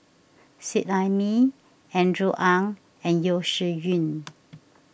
Seet Ai Mee Andrew Ang and Yeo Shih Yun